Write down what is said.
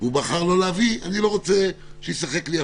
זה מה שסוכם אתמול בדיון, ונראה לי שהסכמתם על